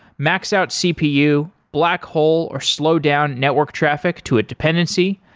max out cpu, black hole or slow down network traffic to a dependency,